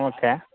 okay